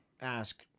ask